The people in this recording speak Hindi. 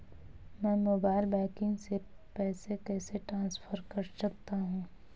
मैं मोबाइल बैंकिंग से पैसे कैसे ट्रांसफर कर सकता हूं?